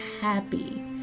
happy